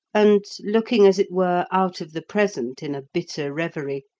and, looking as it were out of the present in a bitter reverie,